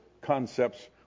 concepts